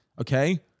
okay